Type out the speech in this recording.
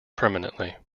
permanently